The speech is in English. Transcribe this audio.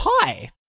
Pi